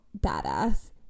badass